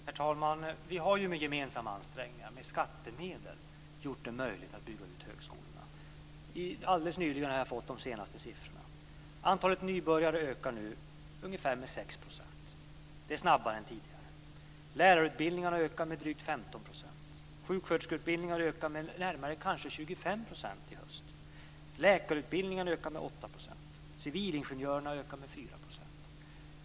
Herr talman! Vi har ju med gemensamma ansträngningar via skattemedel gjort det möjligt att bygga ut högskolorna. Alldeles nyligen har jag fått de senaste siffrorna. Antalet nybörjare ökar nu med ungefär 6 %. Det är snabbare än tidigare. För lärarutbildningarna är ökningen drygt 15 %. Sjuksköterskeutbildningarna ökar kanske med närmare 25 % i höst. Läkarutbildningarna ökar med 8 % och civilingenjörsutbildningarna med 4 %.